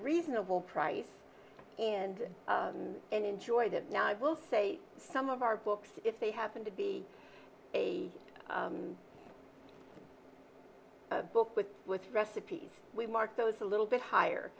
reasonable price and enjoyed it now i will say some of our books if they happen to be a book with with recipes we mark those a little bit higher